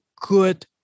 good